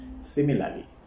Similarly